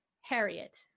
Harriet